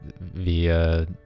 via